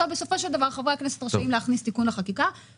בסופו של דבר חברי הכנסת רשאים להכניס תיקון לחקיקה,